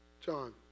John